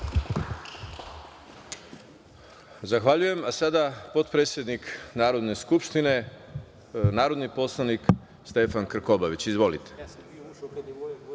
Zahvaljujem. Reč ima potpredsednik Narodne skupštine, narodni poslanik, Stefan Krkobabić. Izvolite.